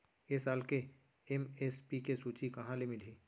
ए साल के एम.एस.पी के सूची कहाँ ले मिलही?